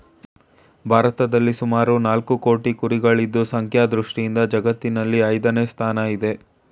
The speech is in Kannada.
ಭಾರತದಲ್ಲಿ ಸುಮಾರು ನಾಲ್ಕು ಕೋಟಿ ಕುರಿಗಳಿದ್ದು ಸಂಖ್ಯಾ ದೃಷ್ಟಿಯಿಂದ ಜಗತ್ತಿನಲ್ಲಿ ಐದನೇ ಸ್ಥಾನ ಆಯ್ತೆ